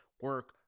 Work